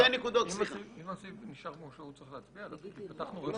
אם הסעיף נשאר כמו שהוא צריך להצביע עליו.